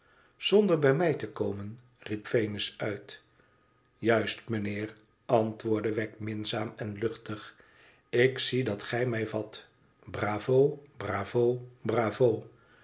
znder bij mij te komen riep venus uit juist meneer antwoordde wegg minzaam en luchtig tik zie dat gij mij vat bravo bravo bravo